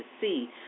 see